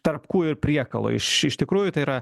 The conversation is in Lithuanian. tarp kūjo ir priekalo iš iš tikrųjų tai yra